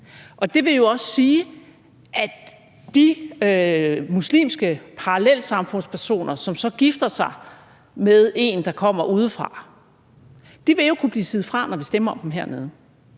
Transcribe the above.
Det vil jo også sige, at de personer fra muslimske parallelsamfund, som så gifter sig med en, der kommer udefra, vil kunne blive siet fra, når vi stemmer om dem hernede.